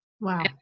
Wow